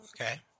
Okay